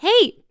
Hey